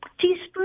teaspoon